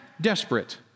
desperate